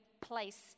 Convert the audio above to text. place